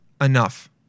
enough